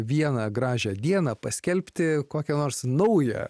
vieną gražią dieną paskelbti kokią nors naują